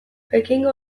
pekingo